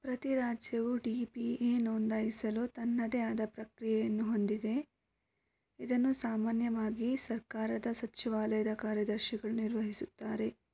ಪ್ರತಿ ರಾಜ್ಯವು D B A ನೋಂದಾಯಿಸಲು ತನ್ನದೇ ಆದ ಪ್ರಕ್ರಿಯೆಯನ್ನು ಹೊಂದಿದೆ ಇದನ್ನು ಸಾಮಾನ್ಯವಾಗಿ ಸರ್ಕಾರದ ಸಚಿವಾಲಯದ ಕಾರ್ಯದರ್ಶಿಗಳು ನಿರ್ವಹಿಸುತ್ತಾರೆ